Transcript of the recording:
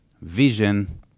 Vision